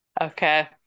Okay